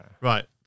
Right